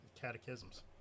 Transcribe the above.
catechisms